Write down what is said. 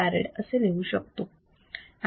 1 microfarad असे लिहू शकतो